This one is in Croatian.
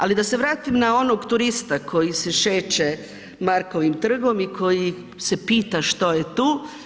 Ali da se vratim na onog turista koji se šeće Markovim trgom i koji se pita što je tu.